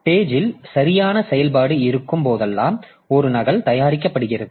பேஜ்ல் சரியான செயல்பாடு இருக்கும் போதெல்லாம் ஒரு நகல் தயாரிக்கப்படுகிறது